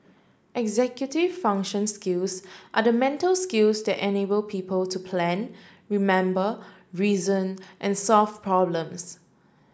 executive function skills are the mental skills that enable people to plan remember reason and solve problems